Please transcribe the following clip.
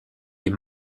est